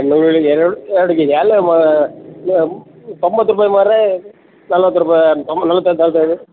ನೀರುಳ್ಳಿಗೆ ಎರಡು ಎರಡು ಕೆಜಿ ಅಲ್ಲ ಮ ತೊಂಬತ್ತು ರೂಪಾಯಿ ಮರ್ರೆ ನಲ್ವತ್ತು ರೂಪಾಯಿ ತೊಂಬ್ ನಲ್ವತ್ತು ಅಂತ ಹೇಳ್ತಾ ಇದೀರಾ